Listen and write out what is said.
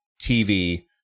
TV